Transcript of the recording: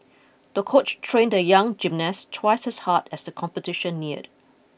the coach trained the young gymnast twice as hard as the competition neared